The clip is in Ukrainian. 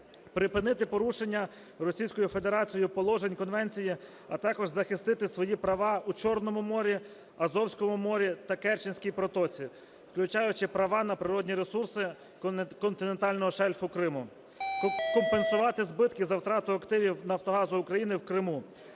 припинити порушення Російською Федерацією конвенції, а також захистити свої права у Чорному морі, Азовському морі та Керченській протоці, включаючи права на природні ресурси континентального шельфу Криму; компенсувати збитки за втрату активів "Нафтогазу України" в Криму;